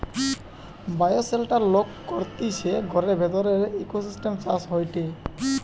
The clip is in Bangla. বায়োশেল্টার লোক করতিছে ঘরের ভিতরের ইকোসিস্টেম চাষ হয়টে